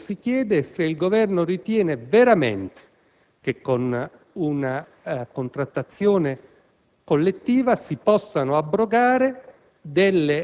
Si chiede, pertanto, se il Governo ritiene veramente che con una contrattazione collettiva si possano abrogare